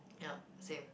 yup same